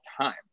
time